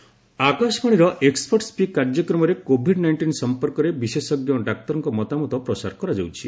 expert speak ଆକାଶବାଣୀର expert speak କାର୍ଯ୍ୟକ୍ରମରେ COVID nineteen ସମ୍ପର୍କରେ ବିଶେଷଜ୍ଞ ଡାକ୍ତରଙ୍କ ମତାମତ ପ୍ରସାର କରାଯାଉଛି